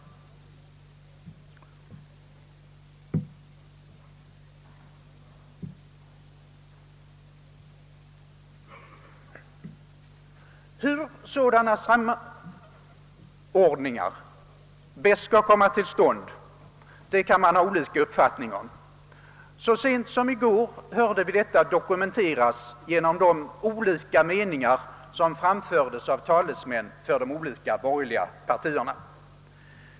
Hur sådan samordning bäst skall komma till stånd kan man ha olika uppfattningar om. Så sent som i går hörde vi detta dokumenteras genom talesmän för de skilda borgerliga partierna.